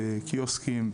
קיוסקים,